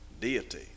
Deity